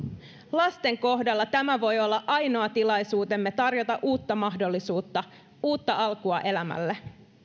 lasten kohdalla tämä voi olla ainoa tilaisuutemme tarjota uutta mahdollisuutta uutta alkua elämälle